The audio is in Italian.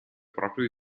proprio